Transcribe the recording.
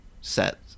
set